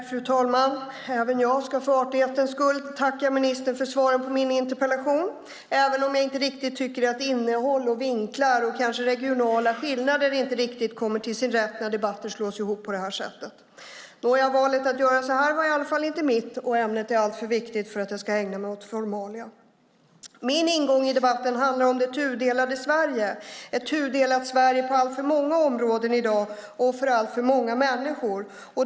Fru talman! Även jag ska för artighetens skull tacka ministern för svaret på min interpellation, även om jag kanske inte riktigt tycker att innehåll, vinklar och regionala skillnader kommer till sin rätt när debatter slås ihop på det här sättet. Nåja, valet att göra så här var i alla fall inte mitt, och ämnet är allt för viktigt för att jag ska ägna mig åt formalia. Min ingång i debatten handlar om det tudelade Sverige. Det är ett tudelat Sverige på alltför många områden i dag och för alltför många människor.